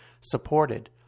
supported